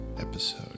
episode